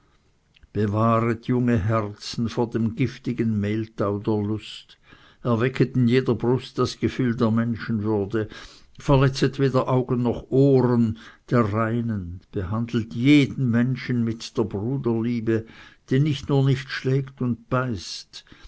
bewahret junge herzen vor dem giftigen mehltau der lust erwecket in jeder brust das gefühl der menschenwürde verletzet weder augen noch ohren der reinen behandelt jeden menschen mit der bruderliebe die nicht nur nicht schlägt und beißt